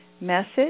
message